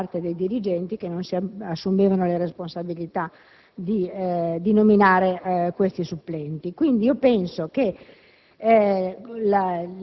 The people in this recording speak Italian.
mancata nomina da parte dei dirigenti che non si assumevano la responsabilità di nominare i supplenti. Penso quindi che